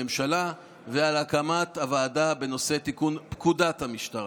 הממשלה ועל הקמת הוועדה בנושא תיקון פקודת המשטרה.